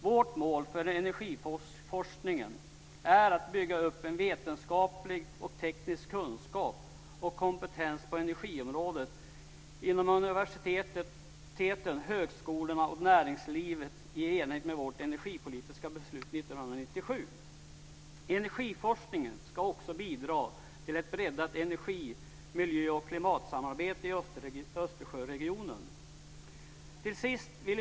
Vårt mål för energiforskningen är att bygga upp vetenskaplig och teknisk kunskap och kompetens på energiområdet inom universiteten, högskolorna och näringslivet i enlighet med vårt energipolitiska beslut 1997. Energiforskningen ska också bidra till ett breddat energi-, miljö och klimatsamarbete i Östersjöregionen.